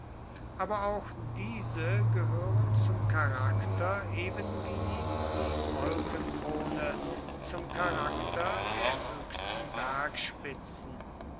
aber auch diese gehören zum charakter ebenwie die wolkenkrone zum charakter der höchsten bergspitzen